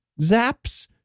zaps